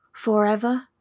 Forever